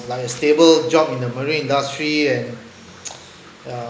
like a stable job in the marine industry and ya